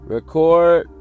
Record